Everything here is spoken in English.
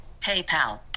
paypal